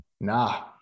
nah